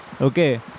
Okay